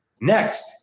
Next